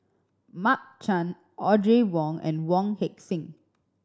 Mark Chan Audrey Wong and Wong Heck Sing